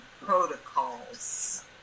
protocols